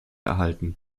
erhalten